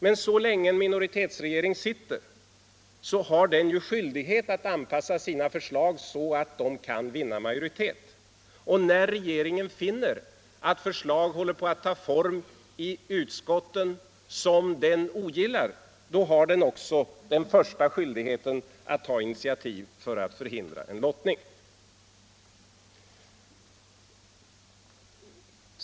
Men så länge en minoritetsregering sitter har den ju skyldighet att anpassa sina förslag så att de kan vinna majoritet. När regeringen finner att förslag som den ogillar håller på att ta form i utskottet, då har den också den första skyldigheten att ta initiativ för att förhindra en lottning.